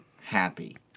happy